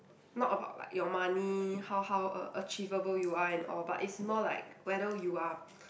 not about like your money how how a achievable you are and all but it's more like whether you are